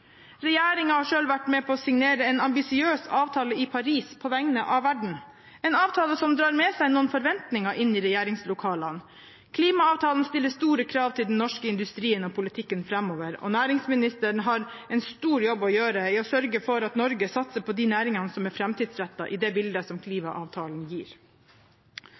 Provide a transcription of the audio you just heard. har selv vært med på å signere en ambisiøs avtale i Paris på vegne av verden, en avtale som drar med seg noen forventninger inn i regjeringslokalene. Klimaavtalen stiller store krav til den norske industrien og politikken framover, og næringsministeren har en stor jobb å gjøre med å sørge for at Norge satser på de næringene som er framtidsrettede, i det bildet som klimaavtalen gir.